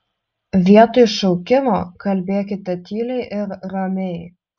vietoj šaukimo kalbėkite tyliai ir ramiai